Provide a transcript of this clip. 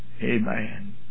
Amen